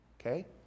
okay